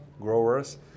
growers